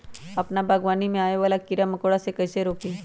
अपना बागवानी में आबे वाला किरा मकोरा के कईसे रोकी?